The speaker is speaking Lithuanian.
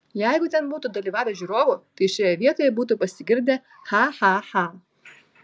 jeigu ten būtų dalyvavę žiūrovų tai šioje vietoje būtų pasigirdę cha cha cha